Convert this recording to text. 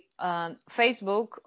Facebook